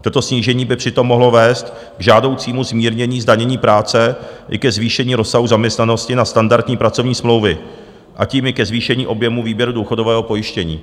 Toto snížení by přitom mohlo vést k žádoucímu zmírnění zdanění práce i ke zvýšení rozsahu zaměstnanosti na standardní pracovní smlouvy, a tím i ke zvýšení objemu výběru důchodového pojištění.